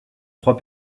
trois